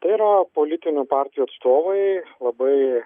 tai yra politinių partijų atstovai labai